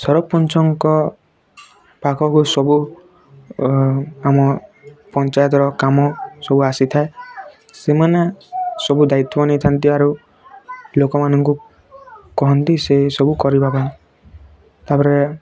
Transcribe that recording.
ସରପଞ୍ଚଙ୍କ ପାଖକୁ ସବୁ କାମ ପଞ୍ଚାୟତର କାମ ସବୁ ଆସିଥାଏ ସେମାନେ ସବୁ ଦାୟିତ୍ୱ ନେଇଥାନ୍ତି ୟାରୁ ଲୋକମାନଙ୍କୁ କହନ୍ତି ସେ ସବୁ କରିବା ପାଇଁ ତାପରେ